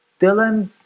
Dylan